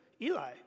Eli